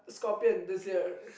scorpion this year